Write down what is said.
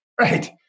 Right